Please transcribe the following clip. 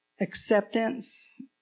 Acceptance